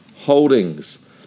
Holdings